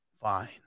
fine